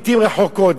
לעתים רחוקות,